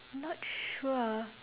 not sure